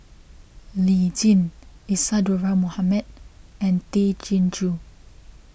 Lee Tjin Isadhora Mohamed and Tay Chin Joo